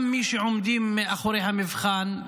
גם מי שעומדים מאחורי המבחן,